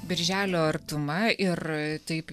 birželio artuma ir taip